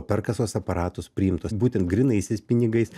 per kasos aparatus priimtos būtent grynaisiais pinigais